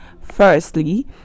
firstly